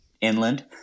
inland